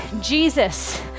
Jesus